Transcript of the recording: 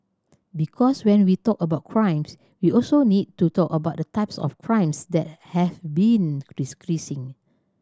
because when we talk about crimes we also need to talk about the types of crimes that have been decreasing